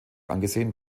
angesehen